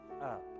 up